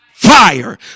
fire